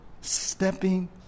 stepping